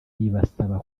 ibasaba